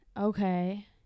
Okay